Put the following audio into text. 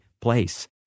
place